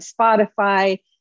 Spotify